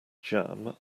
jam